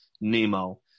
Nemo